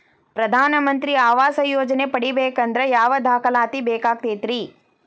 ಪ್ರಧಾನ ಮಂತ್ರಿ ಆವಾಸ್ ಯೋಜನೆ ಪಡಿಬೇಕಂದ್ರ ಯಾವ ದಾಖಲಾತಿ ಬೇಕಾಗತೈತ್ರಿ?